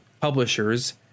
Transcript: publishers